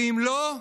ואם לא,